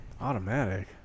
Automatic